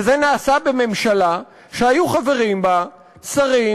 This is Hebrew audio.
וזה נעשה בממשלה שהיו חברים בה שרים